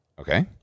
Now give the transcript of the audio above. Okay